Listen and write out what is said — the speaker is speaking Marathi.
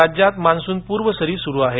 राज्यात मान्सूनपूर्व सरी सुरू आहेत